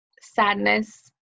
sadness